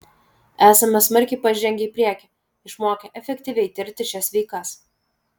esame smarkiai pažengę į priekį išmokę efektyviai tirti šias veikas